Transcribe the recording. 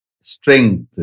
Strength